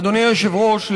אדוני היושב-ראש,